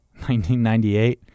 1998